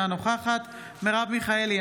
אינה נוכחת מרב מיכאלי,